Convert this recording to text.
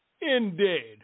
Indeed